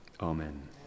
Amen